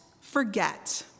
forget